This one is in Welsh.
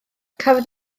cafodd